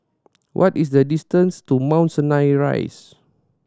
what is the distance to Mount Sinai Rise